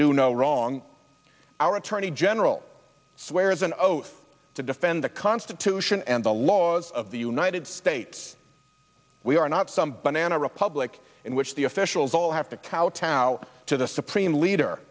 do no wrong our attorney general swears an oath to defend the constitution and the laws of the united states we are not some banana republic in which the officials all have to kowtow to the supreme leader